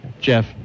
Jeff